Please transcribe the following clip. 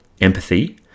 empathy